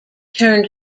turned